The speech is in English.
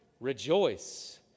rejoice